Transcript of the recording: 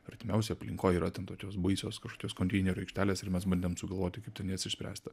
artimiausioj aplinkoj yra ten tokios baisios kažkokios konteinerių aikštelės ir mes bandėm sugalvoti kaip ten jas išspręsti